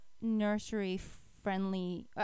nursery-friendly